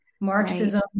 marxism